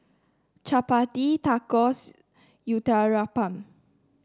Chapati Tacos Uthapam